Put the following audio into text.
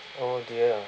oh dear